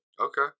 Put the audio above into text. Okay